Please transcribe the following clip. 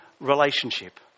relationship